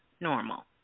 normal